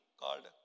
called